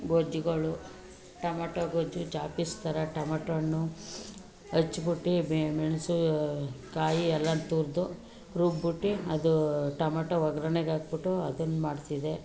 ಗೊಜ್ಗಳು tomato ಗೊಜ್ಜು ಜಾಪಿಸ್ ಥರ ಟಮಟೊ ಹಣ್ಣು ಹಚ್ಬಿಟ್ಟು ಮೆಣಸು ಕಾಯಿ ಎಲ್ಲ ತುರಿದು ರುಬ್ಬಿಟ್ಟು ಅದು ಟಮಟೊ ಒಗ್ಗರ್ಣೆಗೆ ಹಾಕ್ಬಿಟ್ಟು ಅದನ್ನ ಮಾಡ್ತಿದ್ದೆ